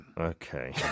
Okay